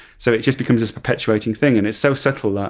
so it just becomes just perpetuating thing, and it's so subtle, ah